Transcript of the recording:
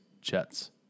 jets